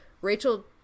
Rachel